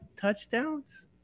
touchdowns